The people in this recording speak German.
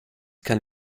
kann